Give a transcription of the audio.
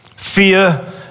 Fear